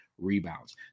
Rebounds